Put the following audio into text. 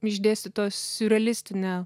išdėstytos siurrealistine